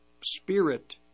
spirit